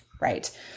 Right